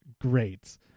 great